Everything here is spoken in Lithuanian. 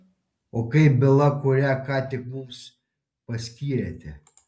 o kaip byla kurią ką tik mums paskyrėte